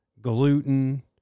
gluten